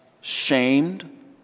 shamed